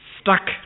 stuck